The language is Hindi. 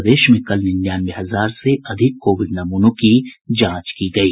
प्रदेश में कल निन्यानवे हजार से अधिक कोविड नमूनों की जांच की गयी